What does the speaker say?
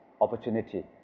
Opportunity